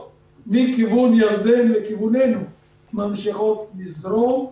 מכיוון ירדן לכיווננו ממשיכות לזרום.